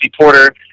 Porter